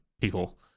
people